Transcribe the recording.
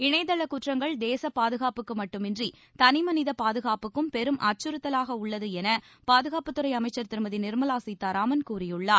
இணையதளக் குற்றங்கள் தேசப் பாதுகாப்புக்கு மட்டுமன்றி தனிமனித பாதுகாப்புக்கும் பெரும் அச்சுறுத்தலாக உள்ளது என பாதுகாப்புத்துறை அமைச்சர் திருமதி நிர்மலா சீதாராமன் கூறியுள்ளார்